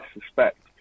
suspect